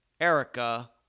Erica